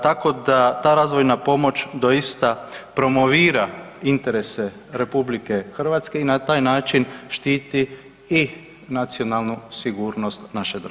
Tako da ta razvojna pomoć doista promovira interese RH i na taj način štititi i nacionalnu sigurnost naše države.